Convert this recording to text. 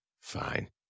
Fine